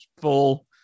full